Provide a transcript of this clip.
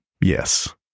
Yes